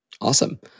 Awesome